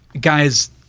guys